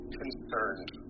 concerned